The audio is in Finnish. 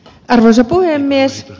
arvoisa puhemies